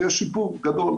ויש שיפור גדול,